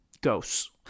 ghosts